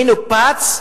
מנופץ,